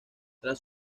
tras